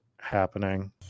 happening